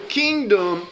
kingdom